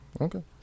Okay